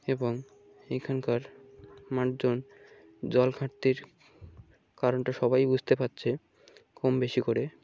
এবং এখানকার মানষজন জলঘাট্তির কারণটা সবাই বুঝতে পাচ্ছে কম বেশি করে